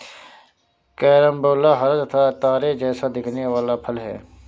carambola हरा तथा तारे जैसा दिखने वाला फल है